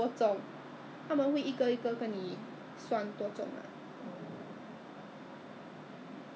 what do you mean is what so Ezbuy is not selling what they offer in their catalogue because I have their website